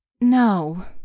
No